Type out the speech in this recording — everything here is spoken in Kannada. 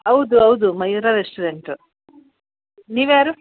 ಹೌದು ಹೌದು ಮಯೂರ ರೆಸ್ಟೋರೆಂಟು ನೀವು ಯಾರು